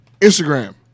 Instagram